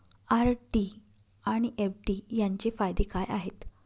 RD आणि FD यांचे फायदे काय आहेत?